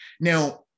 now